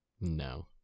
No